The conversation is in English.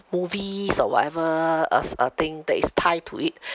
movies or whatever as a thing that is tie to it